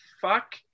fuck